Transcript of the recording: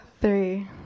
Three